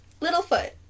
Littlefoot